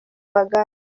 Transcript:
amagare